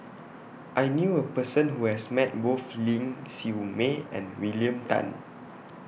I knew A Person Who has Met Both Ling Siew May and William Tan